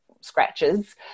scratches